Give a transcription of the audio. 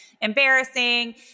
embarrassing